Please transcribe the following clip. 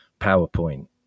PowerPoint